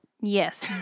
Yes